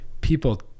people